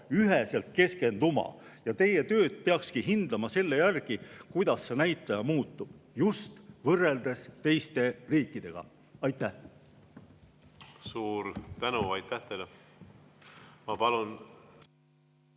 üheselt keskenduma. Ja teie tööd peakski hindama selle järgi, kuidas see näitaja muutub just võrreldes teiste riikidega. Aitäh!